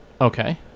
Okay